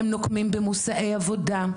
הם נוקמים בנושאי העבודה,